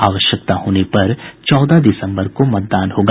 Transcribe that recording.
आवश्यकता होने पर चौदह दिसम्बर को मतदान होगा